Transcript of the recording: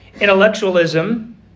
intellectualism